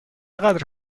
قدر